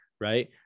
right